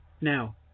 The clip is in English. Now